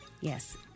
Yes